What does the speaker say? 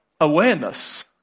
awareness